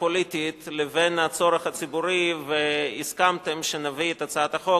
הפוליטית לבין הצורך הציבורי והסכמתם שנביא את הצעת החוק,